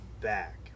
back